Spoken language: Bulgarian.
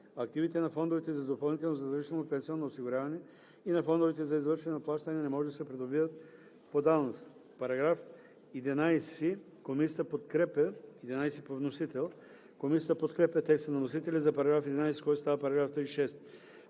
Активите на фондовете за допълнително задължително пенсионно осигуряване и на фондовете за извършване на плащания не може да се придобиват по давност.“ Комисията подкрепя текста на вносителя за § 11, който става § 36.